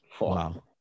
wow